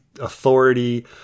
authority